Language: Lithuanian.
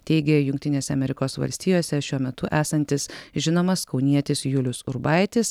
teigė jungtinėse amerikos valstijose šiuo metu esantis žinomas kaunietis julius urbaitis